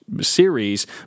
series